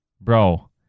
bro